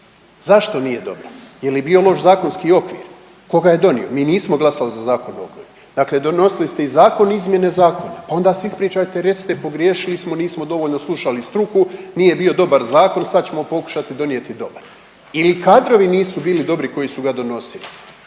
Zašto nije dobra, je li bio loš zakonski okvir, ko ga je donio? Mi nismo glasali za Zakon o obnovi, dakle donosili ste i zakon i izmjene zakona, pa onda se ispričajte i recite pogriješili smo, nismo dovoljno slušali struku, nije bio dobar zakon, sad ćemo pokušati donijeti dobar ili kadrovi nisu bili dobri koji su ga donosili.